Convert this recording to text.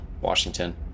Washington